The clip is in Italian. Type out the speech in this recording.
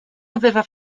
aveva